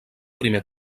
primer